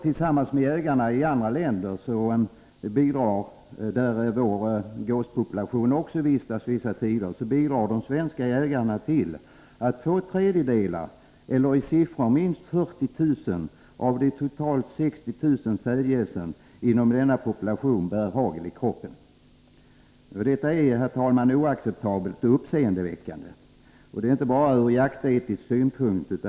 Tillsammans med jägarna i andra länder där vår gåspopulation också vistas bidrar de svenska jägarna på detta sätt till att två tredjedelar av sädgässen — eller i siffror minst 40 000 av de totalt ca 60 000 sädgässen — inom denna population bär hagel i kroppen. Detta är, herr talman, oacceptabelt och uppseendeväckande, inte bara från jaktetisk synpunkt.